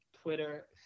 Twitter